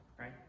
Right